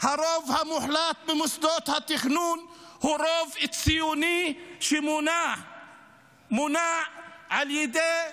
הרוב המוחלט במוסדות התכנון הוא רוב ציוני שמונע על ידי אידיאולוגיה,